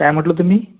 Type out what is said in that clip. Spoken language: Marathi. काय म्हटलं तुम्ही